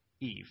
Eve